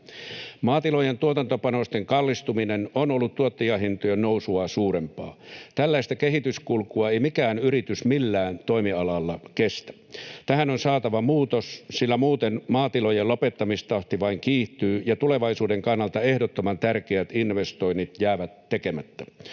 Maatilojen tuotantopanosten kallistuminen on ollut tuottajahintojen nousua suurempaa. Tällaista kehityskulkua ei mikään yritys millään toimialalla kestä. Tähän on saatava muutos, sillä muuten maatilojen lopettamistahti vain kiihtyy ja tulevaisuuden kannalta ehdottoman tärkeät investoinnit jäävät tekemättä.